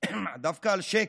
דווקא על שקר,